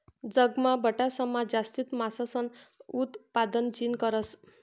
जगमा बठासमा जास्ती मासासनं उतपादन चीन करस